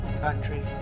country